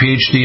PhD